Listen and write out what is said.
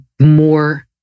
more